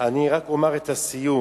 אני רק אומר את הסיום: